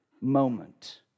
moment